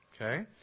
Okay